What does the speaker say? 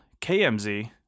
KMZ